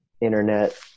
internet